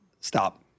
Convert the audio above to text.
Stop